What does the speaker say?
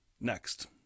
next